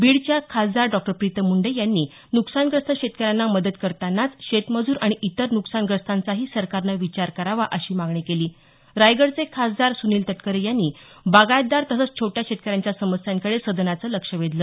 बीडच्या खासदार डॉ प्रीतम मुंडे यांनी न्कसानग्रस्त शेतकऱ्यांना मदत करतानाच शेतमजूर आणि इतर न्कसानग्रस्तांचाही सरकारनं विचार करावा अशी मागणी केली रायगडचे खासदार सुनील तटकरे यांनी बागायतदार तसंच छोट्या शेतकऱ्यांच्या समस्यांकडे सदनाचं लक्ष वेधलं